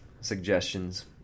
suggestions